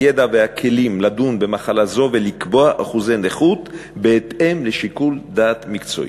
הידע והכלים לדון במחלה זו ולקבוע אחוזי נכות בהתאם לשיקול דעת מקצועי,